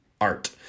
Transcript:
Art